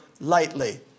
lightly